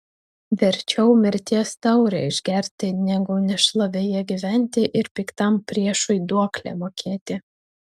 verčiau mirties taurę išgerti negu nešlovėje gyventi ir piktam priešui duoklę mokėti